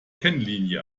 kennlinie